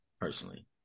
personally